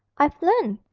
i've learnt.